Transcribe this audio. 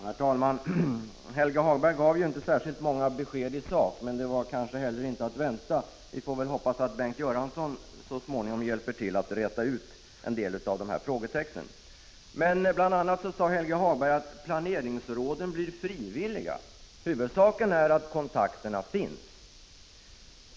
Herr talman! Det gavs inte särskilt många besked i sak av Helge Hagberg, men det var kanske inte heller att vänta. Vi får hoppas att Bengt Göransson så småningom hjälper till att räta ut en del av frågetecknen. Helge Hagberg sade bl.a. att planeringsråden blir frivilliga och att Prot. 1985/86:48 huvudsaken är att kontakterna finns.